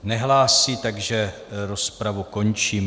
Nehlásí, takže rozpravu končím.